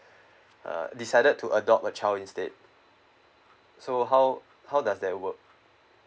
uh decided to adopt a child instead so how how does that work